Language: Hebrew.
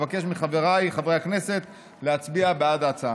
אבקש מחבריי חברי הכנסת להצביע בעד ההצעה.